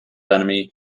enemy